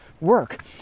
work